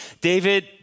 David